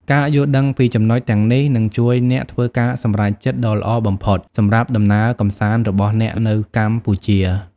ការយល់ដឹងពីចំណុចទាំងនេះនឹងជួយអ្នកធ្វើការសម្រេចចិត្តដ៏ល្អបំផុតសម្រាប់ដំណើរកម្សាន្តរបស់អ្នកនៅកម្ពុជា។